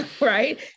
right